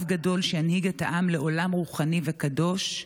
גדול שינהיג את העם לעולם רוחני וקדוש,